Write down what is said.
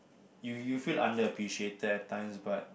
you you feel unappreciated at times but